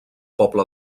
poble